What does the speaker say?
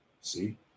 See